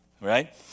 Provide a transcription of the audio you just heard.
right